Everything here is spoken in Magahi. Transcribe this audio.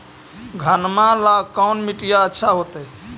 घनमा ला कौन मिट्टियां अच्छा होतई?